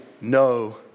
no